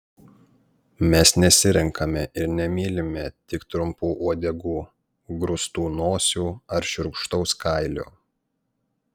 mes nesirenkame ir nemylime tik trumpų uodegų grūstų nosių ar šiurkštaus kailio